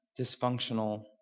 dysfunctional